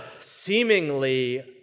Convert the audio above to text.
seemingly